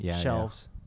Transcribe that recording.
shelves